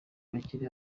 bakiri